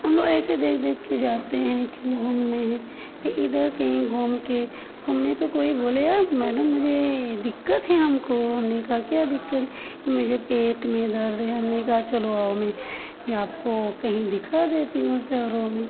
हम लोग ऐसे देख देख के जाते हैं कि घूमने फिर इधर कहीं घूम के घूमने तो कोई बोले यार मैडम मुझे दिक्कत है हमको हमने कहा क्या दिक्कत है कि मुझे पेट में दर्द है हमने कहा चलो आओ मैं आपको कहीं दिखा देती हूँ शहरों में